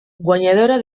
guanyadora